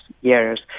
years